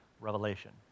revelation